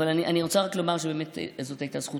אני רק רוצה לומר שבאמת זו הייתה זכות